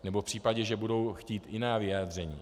Nebo v případě, že budou chtít jiná vyjádření.